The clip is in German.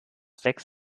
sechs